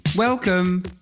Welcome